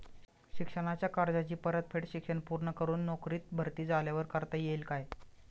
शिक्षणाच्या कर्जाची परतफेड शिक्षण पूर्ण करून नोकरीत भरती झाल्यावर करता येईल काय?